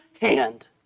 hand